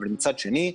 אבל מצד שני,